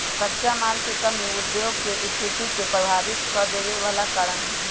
कच्चा माल के कमी उद्योग के सस्थिति के प्रभावित कदेवे बला कारण हई